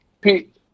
Pete